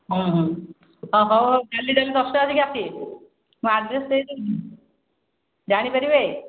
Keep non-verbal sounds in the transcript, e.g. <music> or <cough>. ହ ହଉ ହଉ କାଲି <unintelligible> ଦଶଟାବେଶୀକି ଆସିବେ ମୁଁ ଆଡ଼୍ରେସ୍ ଦେଇଦେବି ଜାଣି ପାରିବେ